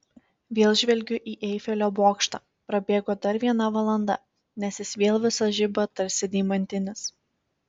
vėl žvelgiu į eifelio bokštą prabėgo dar viena valanda nes jis vėl visas žiba tarsi deimantinis